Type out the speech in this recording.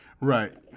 Right